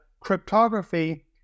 cryptography